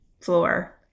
floor